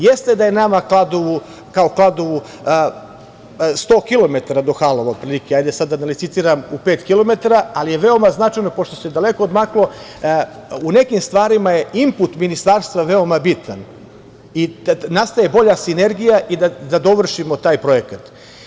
Jeste da je nama kao Kladovu 100 kilometara do „Halova“ otprilike, hajde sada da ne licitiram, u pet kilometara, ali je veoma značajno, pošto se daleko odmaklo, u nekim stvarima je input Ministarstva veoma bitan, da nastaje bolja sinergija i da dovršimo taj projekat.